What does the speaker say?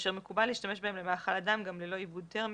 ואשר מקובל להשתמש בהם למאכל אדם גם ללא עיבוד תרמי,